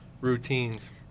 routines